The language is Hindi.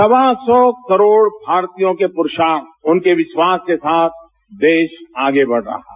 सवा सौ करोड़ भारतीयों के पुरूषार्थ उनके विश्वास के साथ देश आगे बढ़ रहा है